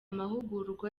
mahugurwa